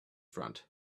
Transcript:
front